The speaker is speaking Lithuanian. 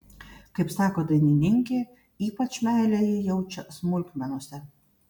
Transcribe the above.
kaip sako dainininkė ypač meilę ji jaučia smulkmenose